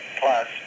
plus